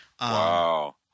wow